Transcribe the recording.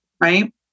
right